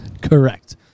correct